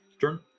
turn